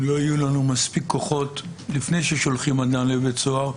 אם לא יהיו לנו מספיק כוחות לפני ששולחים אדם לבית סוהר,